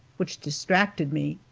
which distracted me,